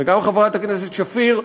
וגם חברת הכנסת שפיר,